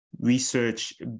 research